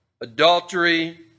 adultery